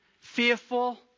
fearful